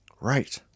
Right